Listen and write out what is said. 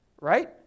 Right